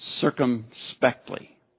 circumspectly